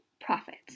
profits